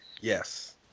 Yes